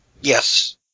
Yes